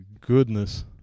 goodness